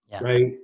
right